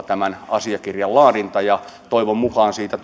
tämän asiakirjan laadinta on kalkkiviivoilla ja toivon mukaan siitä